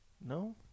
no